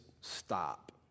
stop